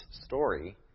story